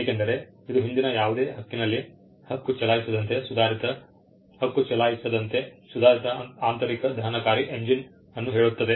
ಏಕೆಂದರೆ ಇದು ಹಿಂದಿನ ಯಾವುದೇ ಹಕ್ಕಿನಲ್ಲಿ ಹಕ್ಕು ಚಲಾಯಿಸಿದಂತೆ ಸುಧಾರಿತ ಆಂತರಿಕ ದಹನಕಾರಿ ಎಂಜಿನ್ ಅನ್ನು ಹೇಳುತ್ತದೆ